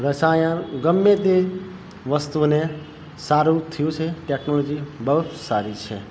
રસાયણ ગમે તે વસ્તુને સારું થયું છે ટેકનોલોજી બહુ સારી છે